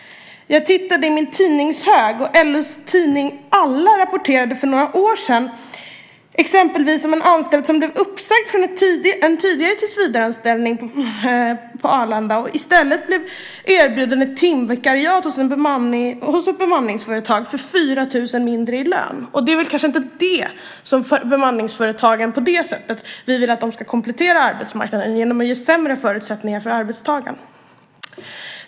Jag tittade i min tidningshög, och LO:s tidning Alla rapporterade för några år sedan exempelvis om en anställd som blev uppsagd från en tidigare tillsvidareanställning på Arlanda och i stället blev erbjuden ett timvikariat hos ett bemanningsföretag för 4 000 kr mindre i lön. Det är väl kanske inte på det sättet vi vill att bemanningsföretagen ska komplettera arbetsmarknaden, nämligen genom att ge sämre förutsättningar för arbetstagare.